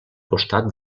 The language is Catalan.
costat